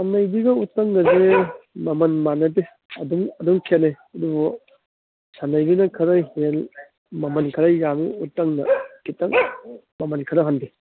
ꯁꯟꯅꯩꯕꯤꯒ ꯎꯇꯪꯒꯁꯦ ꯃꯃꯟ ꯃꯥꯟꯅꯗꯦ ꯑꯗꯨꯝ ꯈꯦꯠꯅꯩ ꯑꯗꯨꯕꯨ ꯁꯟꯅꯩꯕꯤꯅ ꯈꯔ ꯃꯃꯟ ꯈꯔ ꯌꯥꯝꯃꯤ ꯎꯇꯪꯅ ꯈꯤꯇꯪ ꯃꯃꯟ ꯈꯔ ꯍꯟꯗꯩ